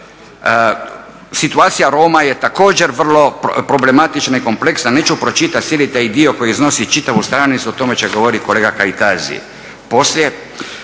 Situacija Roma je također vrlo problematična i kompleksna. Neću pročitati cijeli taj dio koji iznosi čitavu stranicu, o tome će govoriti kolega Kajtazi